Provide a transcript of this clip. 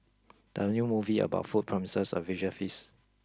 the new movie about food promises a visual feast